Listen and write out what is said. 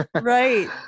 Right